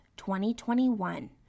2021